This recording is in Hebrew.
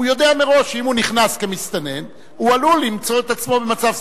הוא יודע מראש שאם הוא נכנס כמסתנן הוא עלול למצוא את עצמו במצב,